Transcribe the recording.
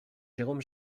jérôme